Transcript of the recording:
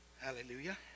Hallelujah